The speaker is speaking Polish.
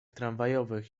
tramwajowych